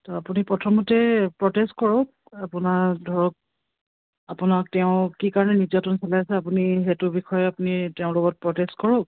ত' আপুনি প্ৰথমতে প্ৰটেষ্ট কৰক আপোনাৰ ধৰক আপোনাক তেওঁ কি কাৰণে নিৰ্যাতন চলাইছে আপুনি সেইটোৰ বিষয়ে আপুনি তেওঁৰ লগত প্ৰটেষ্ট কৰক